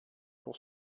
pour